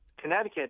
connecticut